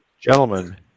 Gentlemen